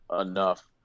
enough